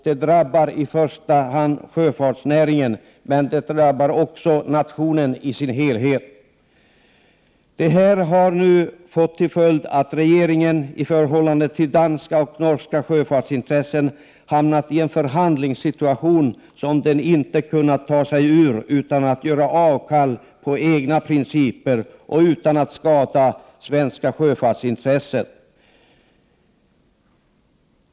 Det drabbar i första hand sjöfartsnäringen men också nationen i dess helhet. Det här har nu fått till följd att regeringen i förhållande till danska och norska sjöfartsintressen hamnat i en förhandlingssituation som den inte har kunnat ta sig ur utan att göra avsteg från egna principer och utan att skada svenska sjöfartsintressen.